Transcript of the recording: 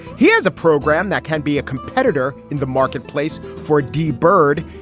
he has a program that can be a competitor in the marketplace for ghi bird.